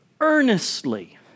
earnestly